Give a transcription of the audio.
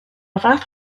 fath